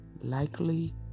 likely